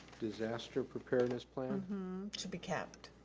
disaster preparedness plan should be capitalized.